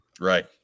Right